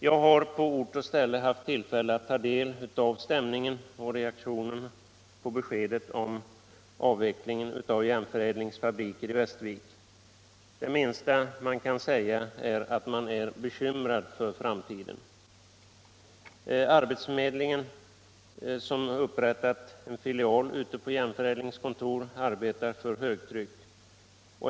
Jag har på ort och ställe haft tillfälle att ta del av stämningen och reaktionerna på beskedet om avvecklingen av Järnförädlings fabriker i Västervik. Det minsta jag kan säga är att man är bekymrad för framtiden. Arbetsförmedlingen — som upprättat en filial på Järnförädlings kontor — arbetar för högtryck.